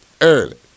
early